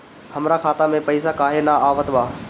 हमरा खाता में पइसा काहे ना आवत बा?